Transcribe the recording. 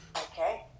Okay